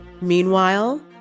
Meanwhile